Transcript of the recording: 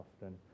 often